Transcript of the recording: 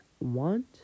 want